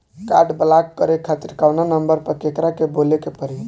Card block करे खातिर कवना नंबर पर केकरा के बोले के परी?